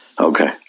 Okay